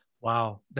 Wow